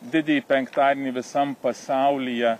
didįjį penktadienį visam pasaulyje